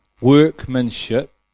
workmanship